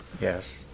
yes